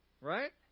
right